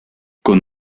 con